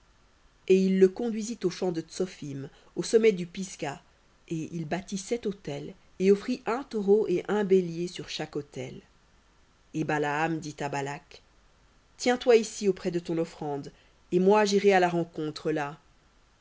et il le conduisit au champ de tsophim au sommet du pisga et il bâtit sept autels et offrit un taureau et un bélier sur autel et dit à balak tiens-toi ici auprès de ton offrande et moi j'irai à la rencontre là